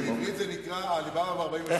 בעברית זה נקרא עלי בבא ו-40 השודדים.